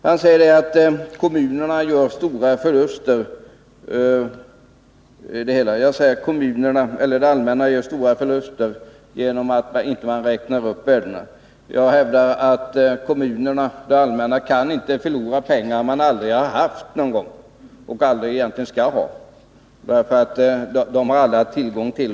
Han säger att det allmänna gör stora förluster genom att man inte räknar upp värdena. Jag hävdar att det allmänna inte kan förlora pengar som man aldrig haft och egentligen inte skall ha.